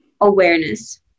awareness